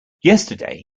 yesterday